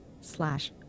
slash